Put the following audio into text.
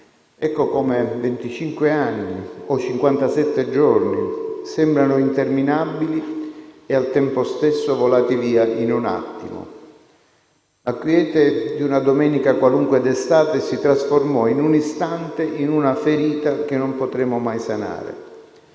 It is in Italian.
o cinquantasette giorni sembrano interminabili e, al tempo stesso, volati via in un attimo. La quiete di una domenica qualunque d'estate si trasformò in un istante in una ferita che non potremo mai sanare.